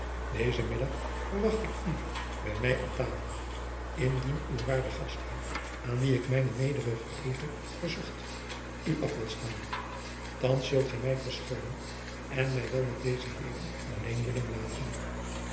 dezen middag verwacht ik u bij mij aan tafel indien uw waarde gastheer aan wien ik jacob van lennep de pleegzoon mijne nederige groete verzocht u af wil staan thands zult gij mij verschoonen en mij wel met deze heeren alleen willen laten